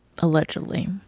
Allegedly